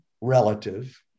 relative